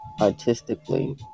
artistically